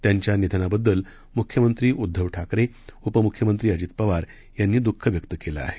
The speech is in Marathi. त्यांच्या निधनाबद्दल मुख्यमंत्री उद्धव ठाकरे उपमुख्यमंत्री अजित पवार यांनी दूःख व्यक्त केलं आहे